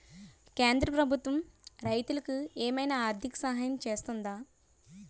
కేంద్ర ప్రభుత్వం రైతులకు ఏమైనా ఆర్థిక సాయం చేస్తుందా?